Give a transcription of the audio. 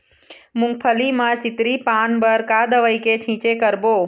मूंगफली म चितरी पान बर का दवई के छींचे करबो?